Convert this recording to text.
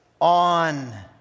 on